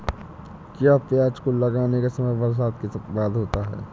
क्या प्याज को लगाने का समय बरसात के बाद होता है?